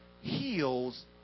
heals